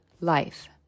life